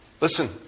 Listen